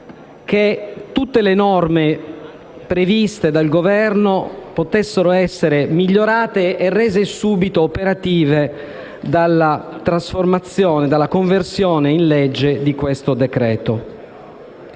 che tutte le norme previste dal Governo potessero essere migliorate e rese subito operative dalla conversione in legge di questo decreto-legge.